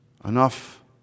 enough